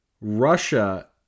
Russia